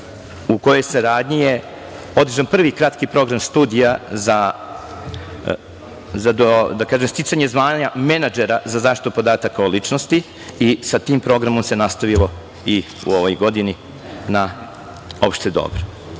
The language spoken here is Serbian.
u kojoj saradnji je održan prvi kratki program studija za sticanje zvanja menadžera za zaštitu podataka o ličnosti i sa tim programom se nastavilo i u ovoj godini na opšte dobro. Koji